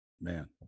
man